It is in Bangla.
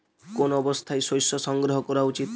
কোন অবস্থায় শস্য সংগ্রহ করা উচিৎ?